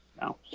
No